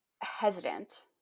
hesitant